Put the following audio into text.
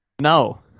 No